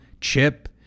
chip